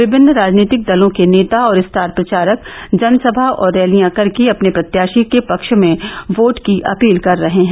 विभिन्न राजनीतिक दलों के नेता और स्टार प्रचारक जनसभा और रैलियां करके अपने प्रत्याषी के पक्ष में वोट की अपील कर रहे हैं